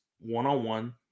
one-on-one